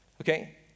okay